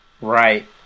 Right